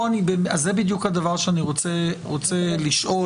זה בדיוק הדבר שאני רוצה לשאול,